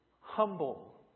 humble